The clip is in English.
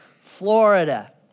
Florida